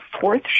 fourth